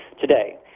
today